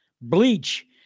Bleach